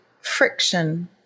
friction